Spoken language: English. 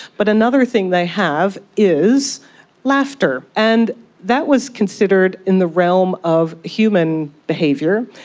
but another thing they have is laughter. and that was considered in the realm of human behaviour,